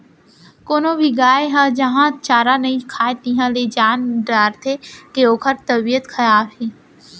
कोनो भी गाय ह जहॉं चारा नइ खाए तिहॉं ले जान डारथें के ओकर तबियत खराब हे